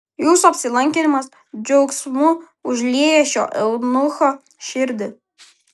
jūsų apsilankymas džiaugsmu užlieja šio eunucho širdį